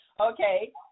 Okay